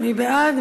מי בעד?